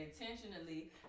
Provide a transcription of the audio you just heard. intentionally